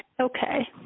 Okay